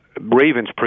Ravens